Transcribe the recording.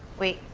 wait,